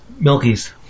Milky's